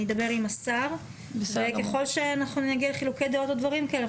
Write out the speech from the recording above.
אני אדבר עם השר וככל שאנחנו נגיע לחילוקי דעות או דברים כאלה,